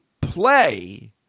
play